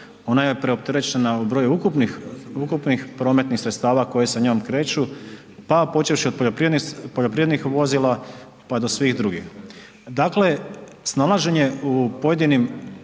ona je preopterećena u broju ukupnih, ukupnih prometnih sredstava koje sa njom kreću, pa počevši od poljoprivrednih vozila, pa do svih drugih. Dakle, snalaženje u pojedinim